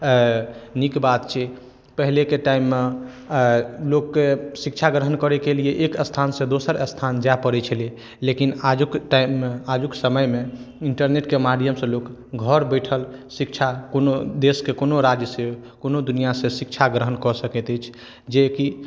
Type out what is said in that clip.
नीक बात छै पहलेके टाइममे लोकके शिक्षा ग्रहण करैके लिए एक स्थानसँ दोसर स्थान जाइ पड़ै छलै लेकिन आजुक टाइममे आजुक समयमे इन्टरनेटके माध्यमसँ लोक घर बैठल शिक्षा कोनो देशके कोनो राज्यसँ कोनो दुनिआसँ शिक्षा ग्रहण कऽ सकैत अछि जे कि